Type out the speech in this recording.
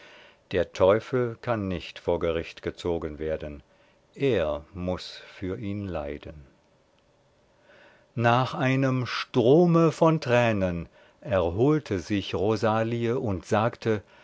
der teufel kann nicht vor gericht gezogen werden er muß für ihn leiden nach einem strome von tränen erholte sich rosalie und sagte